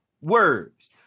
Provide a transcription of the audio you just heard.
Words